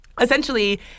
essentially